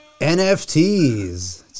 NFTs